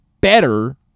better